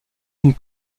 une